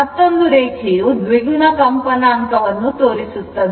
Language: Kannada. ಮತ್ತೊಂದು ರೇಖೆಯು ದ್ವಿಗುಣ ಕಂಪನಾಂಕವನ್ನು ತೋರಿಸುತ್ತದೆ